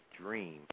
dream